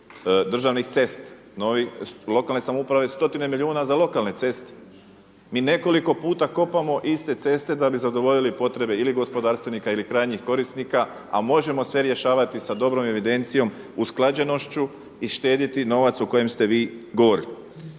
državnih cesta, nove lokalne samouprave stotine milijuna za lokalne ceste. Mi nekoliko puta kopamo iste ceste da bi zadovoljili potrebe ili gospodarstvenika ili krajnjih korisnika a možemo sve rješavati sa dobrom evidencijom usklađenošću i štediti novac o kojem ste vi govorili.